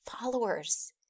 followers